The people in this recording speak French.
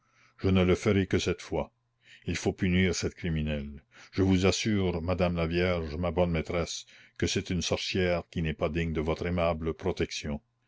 je ne le ferai que cette fois il faut punir cette criminelle je vous assure madame la vierge ma bonne maîtresse que c'est une sorcière qui n'est pas digne de votre aimable protection